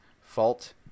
fault